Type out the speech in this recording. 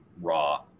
raw